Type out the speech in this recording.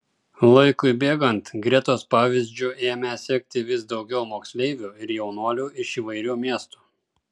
laikui bėgant gretos pavyzdžiu ėmė sekti vis daugiau moksleivių ir jaunuolių iš įvairių miestų